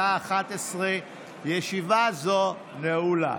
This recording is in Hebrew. בשעה 11:00. ישיבה זו נעולה.